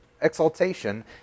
Exaltation